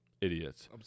Idiots